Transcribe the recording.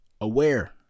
Aware